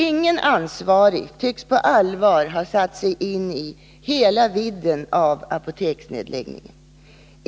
Ingen ansvarig tycks på allvar ha satt sig in i hela vidden av apoteksnedläggningens konsekvenser.